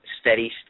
steady